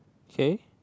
K